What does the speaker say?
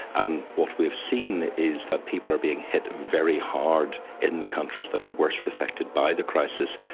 and what we've seen is that people are being hit very hard in the countries that are worst affected by the crisis.